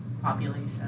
population